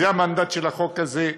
זה המנדט של החוק הזה,